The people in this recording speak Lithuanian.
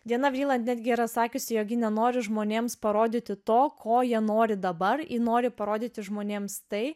diana vriland netgi yra sakiusi jog nenoriu žmonėms parodyti to ko jie nori dabar ji nori parodyti žmonėms tai